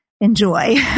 enjoy